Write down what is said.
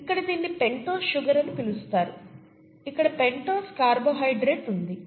ఇక్కడ దీన్ని pentose sugar అని పిలుస్తారు ఇక్కడ పెంటోస్ కార్బోహైడ్రేట్ ఉంది